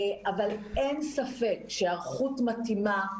אבל אין ספק שהיערכות מתאימה,